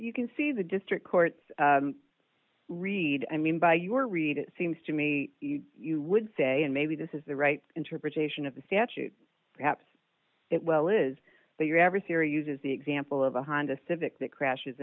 you can see the district court's read i mean by your read it seems to me you would say and maybe this is the right interpretation of the statute perhaps it well is that your adversary uses the example of a honda civic that crashes